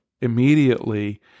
immediately